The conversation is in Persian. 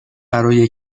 برای